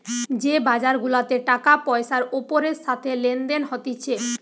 যে বাজার গুলাতে টাকা পয়সার ওপরের সাথে লেনদেন হতিছে